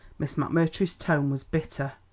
miss mcmurtry's tone was bitter.